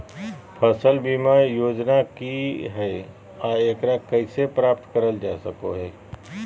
फसल बीमा योजना की हय आ एकरा कैसे प्राप्त करल जा सकों हय?